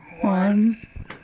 One